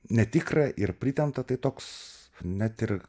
netikra ir pritempta tai toks net ir